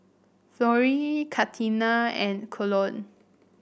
Florie Katina and Colon